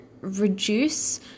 reduce